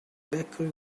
bakery